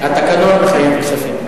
התקנון מחייב כספים.